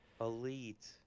Elite